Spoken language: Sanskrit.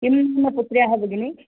किं पुत्र्याः भगिनि